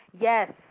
Yes